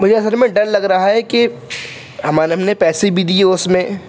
مجھے اصل میں ڈر لگ رہا ہے کہ ہم ہم نے پیسے بھی دیے اس میں